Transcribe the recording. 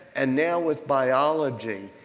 and now with biology.